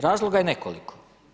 Razloga je nekoliko.